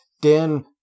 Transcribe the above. Dan